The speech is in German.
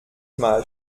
mal